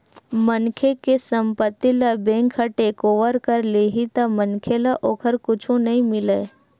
मनखे के संपत्ति ल बेंक ह टेकओवर कर लेही त मनखे ल ओखर कुछु नइ मिलय